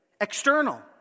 External